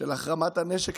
של החרמת הנשק.